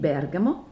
Bergamo